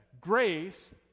grace